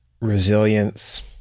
resilience